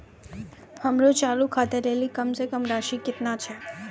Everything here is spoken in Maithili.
हमरो चालू खाता लेली कम से कम राशि केतना छै?